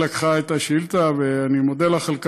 יעל לקחה את השאילתה, ואני מודה לך על כך.